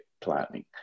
planning